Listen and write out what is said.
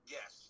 Yes